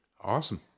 Awesome